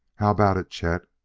how about it, chet?